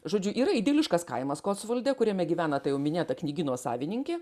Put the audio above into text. žodžiu yra idiliškas kaimas kotsvaldė kuriame gyvena ta jau minėta knygyno savininkė